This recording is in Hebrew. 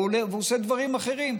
והוא עושה דברים אחרים.